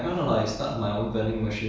to put your things there